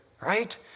right